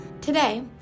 Today